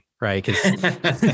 right